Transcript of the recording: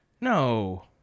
No